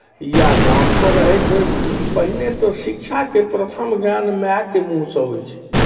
या गामपर रहैत होथि पहिने तऽ शिक्षाके प्रथम ज्ञान मायके मूँहसँ होइत छै